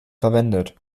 verwendet